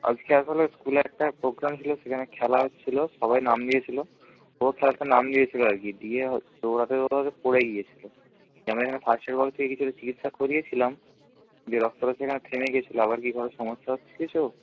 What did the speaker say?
আজকে আসলে স্কুলে একটা প্রোগ্রাম ছিল সেখানে খেলা হচ্ছিল সবাই নাম দিয়েছিল ও খেলাতে নাম দিয়েছিল আর কি দিয়ে দৌড়তে দৌড়তে পড়ে গিয়েছিল ফার্স্ট এড বক্স থেকে কিছুটা চিকিৎসা করিয়েছিলাম দিয়ে থেমে গেছিল আবার কি সমস্যা হচ্ছে কিছু